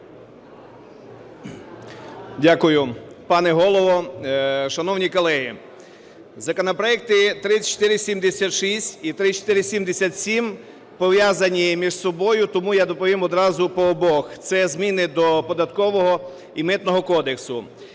Дякую. Пане Голово, шановні колеги! Законопроекти 3476 і 3477 пов'язані між собою, тому я доповім одразу по обох. Це зміни до Податкового і Митного кодексів.